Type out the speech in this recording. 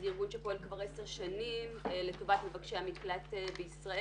פועלת כבר 10 שנים לטובת מבקשי המקלט בישראל.